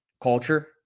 culture